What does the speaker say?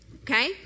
Okay